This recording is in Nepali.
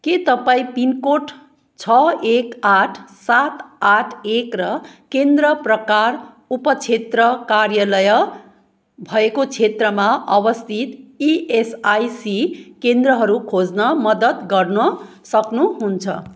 के तपाईँँ पिनकोड छ एक आठ सात आठ एक र केन्द्र प्रकार उपक्षेत्र कार्यालय भएको क्षेत्रमा अवस्थित इएसआइसी केन्द्रहरू खोज्न मद्दत गर्न सक्नुहुन्छ